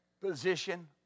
position